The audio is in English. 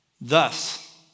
Thus